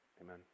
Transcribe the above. Amen